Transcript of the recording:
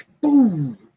boom